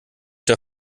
der